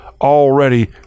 already